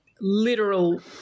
literal